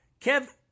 Kev